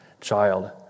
child